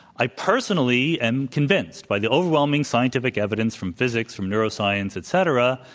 i personally am convinced by the overwhelming scientific evidence from physics from neuroscience, et cetera,